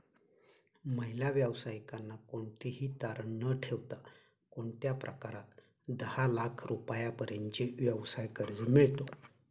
महिला व्यावसायिकांना कोणतेही तारण न ठेवता कोणत्या प्रकारात दहा लाख रुपयांपर्यंतचे व्यवसाय कर्ज मिळतो?